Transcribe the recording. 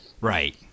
Right